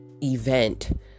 event